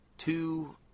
two